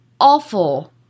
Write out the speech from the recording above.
awful